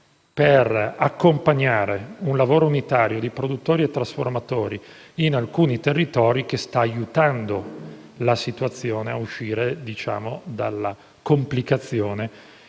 per accompagnare un lavoro unitario di produttori e trasformatori in alcuni territori, al fine di aiutare ad uscire dalla complicata